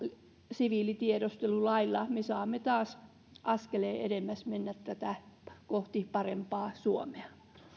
siviilitiedustelulailla me saamme mennä taas askeleen edemmäs kohti parempaa suomea